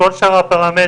כל שאר הפרמטרים